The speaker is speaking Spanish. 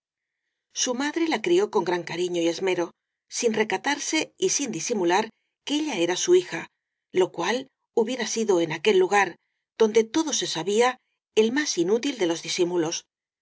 su madre la crió con gran cariño y esmero sin recatarse y sin disimular que ella era su hija lo cual hubiera sido en aquel lugar donde todo se sabía el más inútil de los disimulos